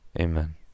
Amen